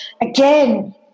again